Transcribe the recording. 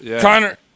Connor